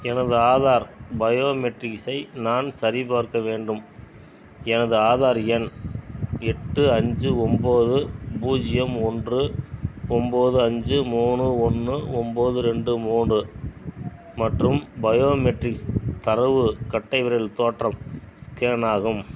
எனது ஆதார் பயோமெட்ரிக்ஸை நான் சரிபார்க்க வேண்டும் எனது ஆதார் எண் எட்டு அஞ்சு ஒம்போது பூஜ்ஜியம் ஒன்று ஒம்போது அஞ்சு மூணு ஒன்று ஒம்போது ரெண்டு மூன்று மற்றும் பயோமெட்ரிக்ஸ் தரவு கட்டை விரல் தோற்றம் ஸ்கேன் ஆகும்